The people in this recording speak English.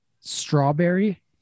Strawberry